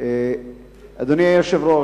אדוני היושב-ראש,